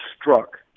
struck